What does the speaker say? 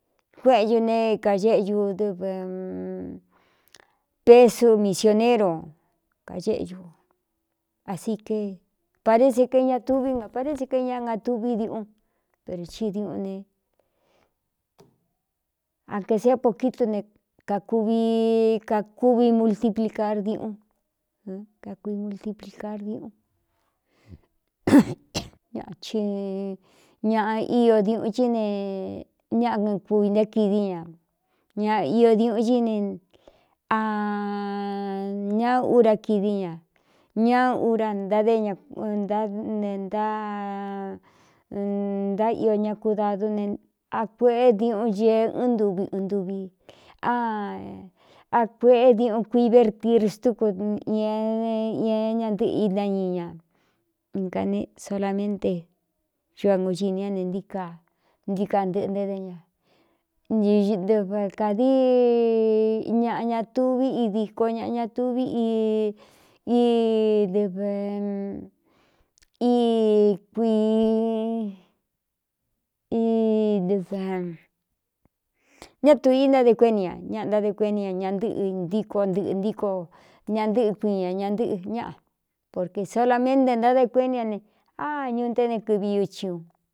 Kuéꞌen ñu ne kaéꞌñu dɨv pesu misioneru kaéꞌeñu asi kepadé si k ña tuví na paré si kéi ñaa nga tuví diuꞌun per i diuꞌun ne a ēsiá po kítu ne kākuvi kakúvi multiplicar diuꞌun kakui multiplicar diuꞌunñci ñaꞌa io diuꞌun chí ne ñáꞌkɨn kuvī nté kidí ña ña diuꞌun cí ne a ña ura kidí ña ñá ura ntadé ñnta ne ntantaio ña kudadú ne a kueꞌé diuꞌun ñee ɨɨn ntuvi ɨɨn ntuvi akueꞌe diuꞌun kuii vertir stúku ññaé ñantɨ́ꞌɨ ináñi ña na ne solaménte ñu a ngugini ñá ne ntíka ntíka ntɨ̄ꞌɨ̄ nté dé ña dɨv kādií ñaꞌa ña tuví i diko ñaꞌa ña tuví idɨv kɨñátu intáde kuéꞌni ña ñaꞌa ntáde kueni ña ña ntɨ́ꞌɨ ntíko ntɨꞌɨ̄ ntíko ña ntɨ́ꞌɨ kuiin ñā ña ntɨ́ꞌɨ ñáꞌa porkē solaménte ntáde kueni ña ne áñu nté né kɨvi uchin u.